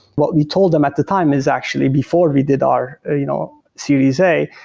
what we told them at the time is actually before we did our ah you know series a,